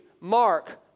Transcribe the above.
Mark